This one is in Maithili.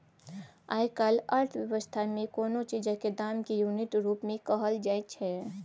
आइ काल्हिक अर्थ बेबस्था मे कोनो चीजक दाम केँ युनिट रुप मे कहल जाइ छै